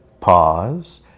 Pause